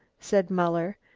said muller.